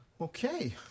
Okay